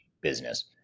business